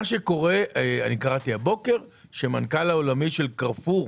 קראתי הבוקר שהמנכ"ל העולמי של 'קרפור'